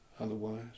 otherwise